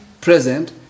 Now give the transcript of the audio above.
present